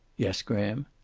yes, graham.